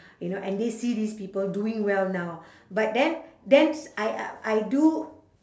you know and they see these people doing well now but then then I uh I do